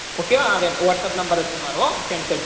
okay હા બેન આ વોહટ્સપ નંબર છે મારો હોં સેન્ડ કર દઉં